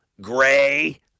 gray